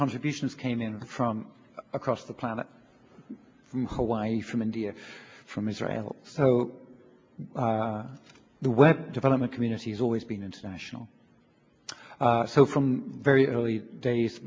contributions came in from across the planet from hawaii from india from israel so the web development community has always been international so from very early days